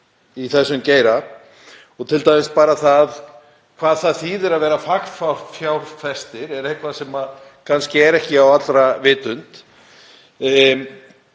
í þessum geira. Til dæmis bara hvað það þýðir að vera fagfjárfestir er eitthvað sem kannski ekki allir vita.